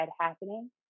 happening